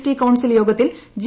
T council യോഗത്തിൽജി